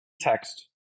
text